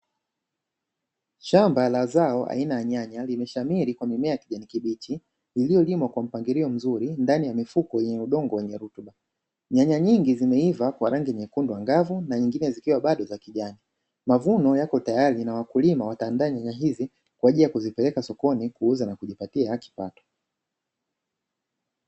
Shamba la zao aina ya nyanya limeshamiri kwa mimea ya kijani kibichi iliyolimwa kwa mpangilio mzuri ndani ya mifuko yenye udongo wenye rutuba. Nyanya nyingi zimeiva kwa rangi nyekundu na nyingine zikiwa bado za kijani mavuno yako tayari na wakulima watandani na hizi kwa njia ya kuzipeleka sokoni kuuza na kujipatia kipato.